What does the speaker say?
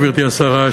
גברתי השרה,